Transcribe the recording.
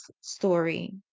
story